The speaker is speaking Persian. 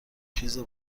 خیز